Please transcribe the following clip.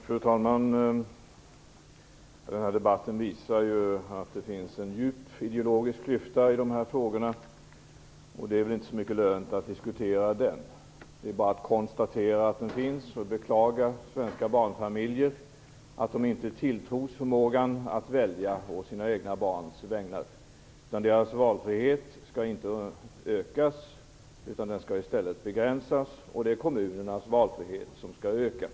Fru talman! Den här debatten visar att det finns en djup ideologisk klyfta i dessa frågor, och det lönar sig väl inte så mycket att diskutera den. Det är bara att konstatera att den finns och att beklaga att svenska barnfamiljer inte tilltros förmågan att välja å sina egna barns vägnar. Deras valfrihet skall inte förbättras utan begränsas, och det är kommunernas valfrihet som skall öka.